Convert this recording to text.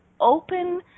open